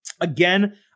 Again